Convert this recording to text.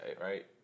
right